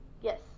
Yes